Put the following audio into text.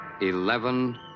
Eleven